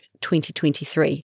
2023